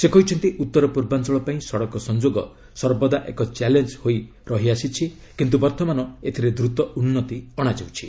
ସେ କହିଛନ୍ତି ଉତ୍ତର ପୂର୍ବାଞ୍ଚଳ ପାଇଁ ସଡ଼କ ସଂଯୋଗ ସର୍ବଦା ଏକ ଚ୍ୟାଲେଞ୍ଜ ହୋଇ ରହିଆସିଛି କିନ୍ତୁ ବର୍ତ୍ତମାନ ଏଥିରେ ଦ୍ରତ ଉନ୍ନତି ଅଶାଯାଉଛି